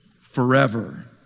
forever